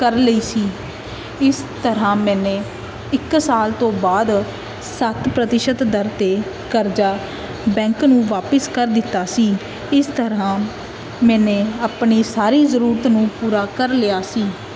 ਕਰ ਲਈ ਸੀ ਇਸ ਤਰ੍ਹਾਂ ਮੈਨੇ ਇੱਕ ਸਾਲ ਤੋਂ ਬਾਅਦ ਸੱਤ ਪ੍ਰਤੀਸ਼ਤ ਦਰ 'ਤੇ ਕਰਜ਼ਾ ਬੈਂਕ ਨੂੰ ਵਾਪਸ ਕਰ ਦਿੱਤਾ ਸੀ ਇਸ ਤਰ੍ਹਾਂ ਮੈਨੇ ਆਪਣੀ ਸਾਰੀ ਜ਼ਰੂਰਤ ਨੂੰ ਪੂਰਾ ਕਰ ਲਿਆ ਸੀ